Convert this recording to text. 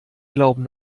glauben